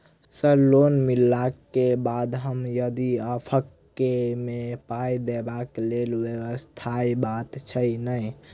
Sir loan मिलला केँ बाद हम यदि ऑफक केँ मे पाई देबाक लैल व्यवस्था बात छैय नै?